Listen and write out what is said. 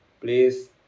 Please